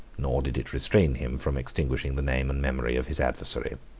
nor did it restrain him from extinguishing the name and memory of his adversary.